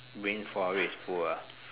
rainforest is full ah